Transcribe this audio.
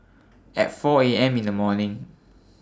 At four A M in The morning